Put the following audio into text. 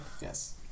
Yes